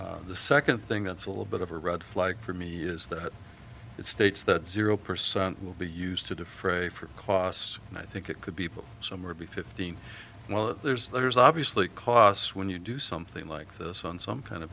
second thing that's a little bit of a red flag for me is that it states that zero percent will be used to defray for costs and i think it could be put somewhere be fifteen well there's there's obviously costs when you do something like this on some kind of